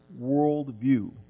worldview